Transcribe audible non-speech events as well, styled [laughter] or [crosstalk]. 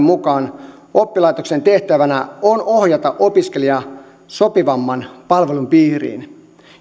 [unintelligible] mukaan oppilaitoksen tehtävänä on ohjata opiskelija sopivamman palvelun piiriin